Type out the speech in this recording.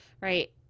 right